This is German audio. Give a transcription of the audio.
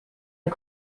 der